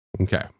Okay